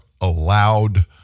allowed